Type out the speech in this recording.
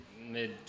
mid